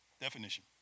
definition